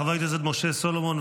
חבר הכנסת משה סולומון,